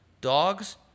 dogs